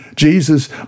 Jesus